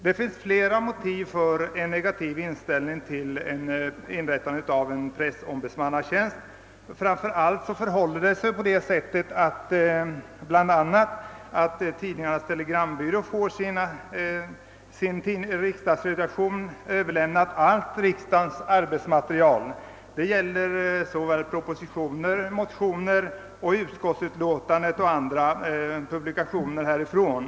Det finns flera motiv för en negativ inställning till inrättandet av en pressombudsmannatjänst. Bland annat överlämnas till Tidningarnas Telegrambyrås riksdagsredaktion allt arbetsmaterial från riksdagen. Det gäller såväl propositioner, motioner, utskottsutlåtanden som andra publikationer härifrån.